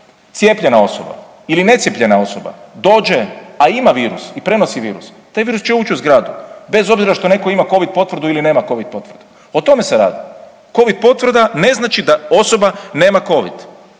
cijepljena osoba ili necijepljena osoba dođe, a ima virus i prenosi virus, taj virus će uć u zgradu bez obzira što neko ima covid potvrdu ili nema covid potvrdu, o tome se radi. Covid potvrda ne znači da osoba nema covid